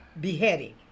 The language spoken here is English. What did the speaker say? Beheading